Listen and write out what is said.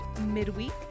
midweek